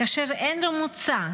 כאשר אין לו מוצא,